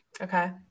Okay